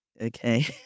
Okay